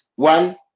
One